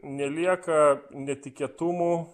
nelieka netikėtumų